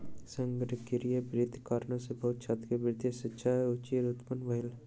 संगणकीय वित्तक कारणेँ बहुत छात्र के वित्तीय शिक्षा में रूचि उत्पन्न भेल